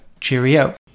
cheerio